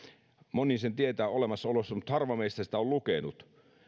moni tietää sen olemassaolosta mutta harva meistä sitä on lukenut